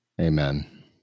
Amen